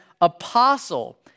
apostle